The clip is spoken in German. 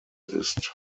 ist